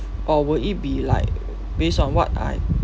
or would it be like based on what I